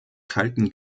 kalten